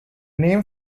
name